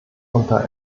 unter